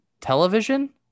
television